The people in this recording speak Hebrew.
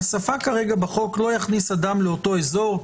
השפה כרגע בחוק אומרת שלא יכניס אדם לאותו אזור,